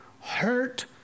hurt